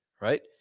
right